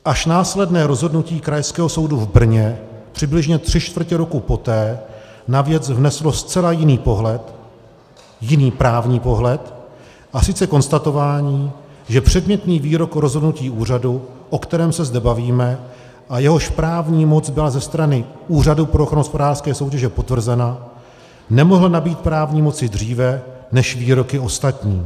Až následné rozhodnutí Krajského soudu v Brně přibližně tři čtvrtě roku poté na věc vneslo zcela jiný pohled, jiný právní pohled, a sice konstatování, že předmětný výrok, rozhodnutí úřadu, o kterém se zde bavíme a jehož právní moc byla ze strany Úřadu pro ochranu hospodářské soutěže potvrzena, nemohl nabýt právní moci dříve než výroky ostatní.